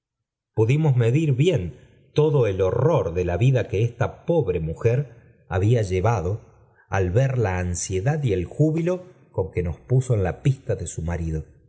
pudimos nirdn hn n i horror de la vida que esta pobre mujer halda ii vado al ver la ansiedad y el júbilo con que nos puso en la pista de su marido